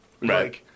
Right